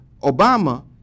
Obama